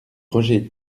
roger